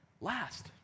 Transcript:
last